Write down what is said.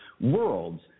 worlds